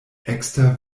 ekster